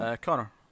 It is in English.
Connor